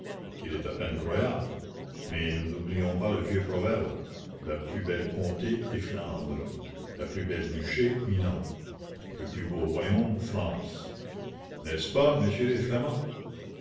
qu'il est à peine croyable mais nous n'oublions pas le vieux proverbe la plus belle comté est flandre la plus belle duché milan le plus beau royaume france n'est-ce pas messieurs les flamands